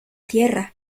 tierra